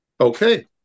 Okay